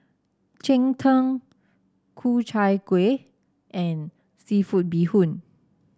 Cheng Tng Ku Chai Kuih and seafood Bee Hoon